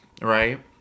right